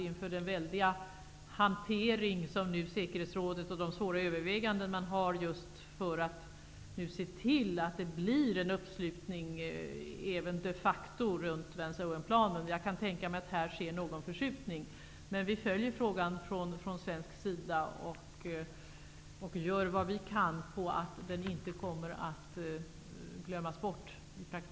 Säkerhetsrådet har nu att göra svåra överväganden för att se till att det blir en uppslutning, även de facto, kring Vance--Owenplanen. Jag kan tänka mig att det här blir någon förskjutning. Men från svensk sida följer vi frågan och gör vad vi kan för att den i praktiken inte kommer att glömmas bort.